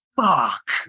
fuck